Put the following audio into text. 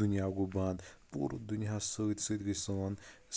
دنیا گوٚو بنٛد پوٗرٕ دُنیاہَس سۭتۍ سۭتۍ گٔیے سوٚن